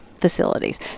facilities